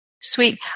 sweet